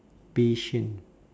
patient